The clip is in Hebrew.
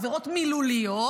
עבירות מילוליות,